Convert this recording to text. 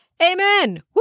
Amen